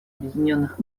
объединенных